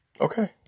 Okay